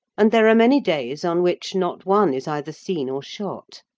and there are many days on which not one is either seen or shot.